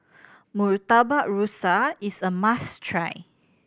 Murtabak Rusa is a must try